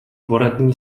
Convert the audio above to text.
poradní